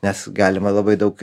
nes galima labai daug